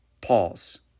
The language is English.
Pause